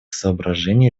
соображений